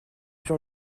dure